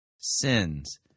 sins